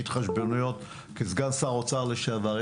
כסגן שר אוצר לשעבר,